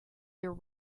their